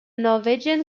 norwegian